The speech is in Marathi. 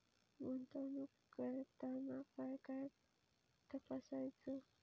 गुंतवणूक करताना काय काय तपासायच?